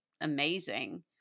amazing